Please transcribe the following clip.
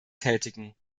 tätigen